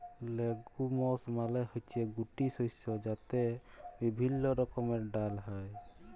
legumes মালে হচ্যে গুটি শস্য যাতে বিভিল্য রকমের ডাল হ্যয়